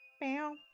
Bow